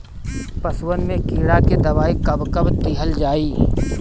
पशुअन मैं कीड़ा के दवाई कब कब दिहल जाई?